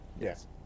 Yes